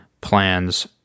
plans